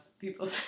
people